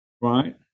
right